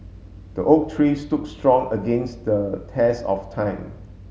the oak tree stood strong against the test of time